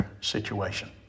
situation